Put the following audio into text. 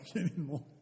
anymore